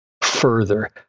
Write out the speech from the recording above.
further